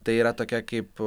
tai yra tokia kaip